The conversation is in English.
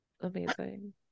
Amazing